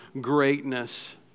greatness